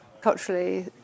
culturally